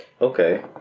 Okay